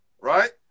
right